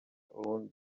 own